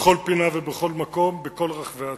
בכל פינה ובכל מקום בכל רחבי הצבא.